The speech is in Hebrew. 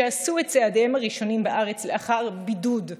שעשו את צעדיהם הראשונים בארץ לאחר בידוד,